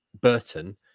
Burton